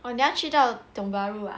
oh 你要去到 tiong bahru ah